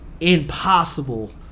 impossible